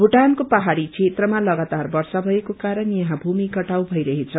भूटानको पहाड़ी क्षेत्रमा लगातार वर्षा षएको कारण यहाँ भूमि कटाव भइरहेछ